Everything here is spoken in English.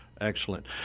excellent